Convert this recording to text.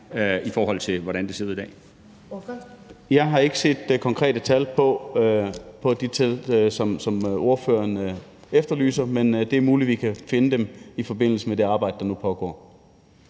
Kl. 21:26 Malte Larsen (S): Jeg har ikke set konkrete tal for det, som ordføreren efterlyser, men det er muligt, at vi kan finde dem i forbindelse med det arbejde, der nu pågår.